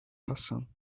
hassan